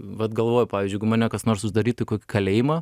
vat galvoju pavyzdžiui jeigu mane kas nors uždarytų į kok kalėjimą